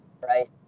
Right